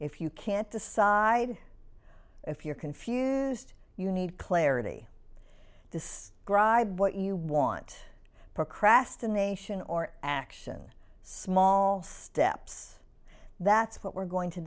if you can't decide if you're confused you need clarity this drive what you want procrastination or action small steps that's what we're going to